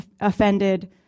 offended